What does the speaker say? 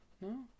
No